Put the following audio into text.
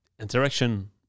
interaction